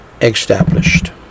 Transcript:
established